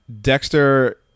Dexter